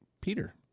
Peter